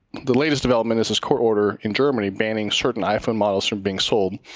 the latest development is this court order in germany banning certain iphone models from being sold.